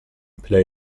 play